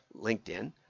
LinkedIn